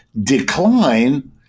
decline